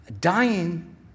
dying